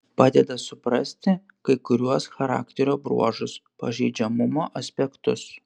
padeda suprasti kai kuriuos charakterio bruožus pažeidžiamumo aspektus